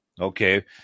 okay